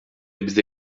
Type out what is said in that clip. bize